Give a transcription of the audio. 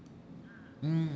mm